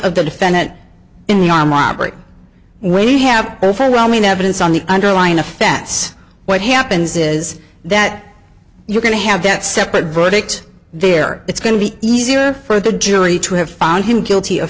of the defendant in the arm robbery when you have overwhelming evidence on the underlying offense what happens is that you're going to have that separate verdict there it's going to be easier for the jury to have found him guilty